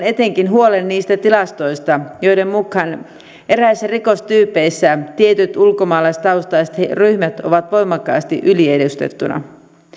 etenkin huolen niistä tilastoista joiden mukaan eräissä rikostyypeissä tietyt ulkomaalaistaustaiset ryhmät ovat voimakkaasti yliedustettuna